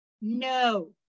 no